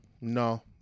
No